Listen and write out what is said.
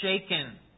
shaken